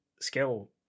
skill